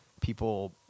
people